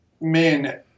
Men